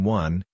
one